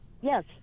Yes